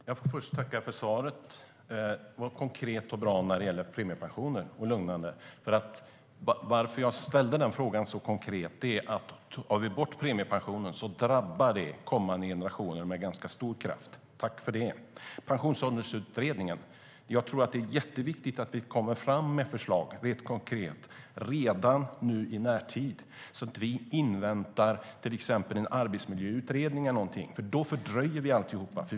Fru talman! Jag får först tacka för svaret. Det var konkret och bra när det gäller premiepensioner - och lugnande. Skälet till att jag ställde den frågan så konkret var att om vi tar bort premiepensionen drabbar det kommande generationer med ganska stor kraft. Tack för det! När det gäller Pensionsåldersutredningen tror jag att det är jätteviktigt att vi kommer med förslag rent konkret redan i närtid och inte inväntar till exempel en arbetsmiljöutredning, för då fördröjer vi alltihop.